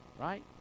Right